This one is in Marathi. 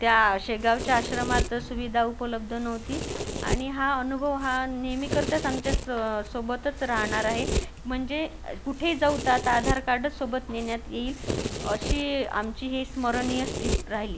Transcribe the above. त्या शेगावच्या आश्रमात सुविधा उपलब्ध नव्हती आणि हा अनुभव हा नेहमीकरतास आमच्या स सोबतच राहणार आहे म्हणजे कुठे जाऊ तं आता आधार कार्डस सोबत नेण्यात येईल अशी आमची ही स्मरणीयस टीप राहिली